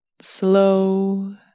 slow